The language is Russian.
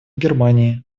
германии